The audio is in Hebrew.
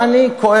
אני קורא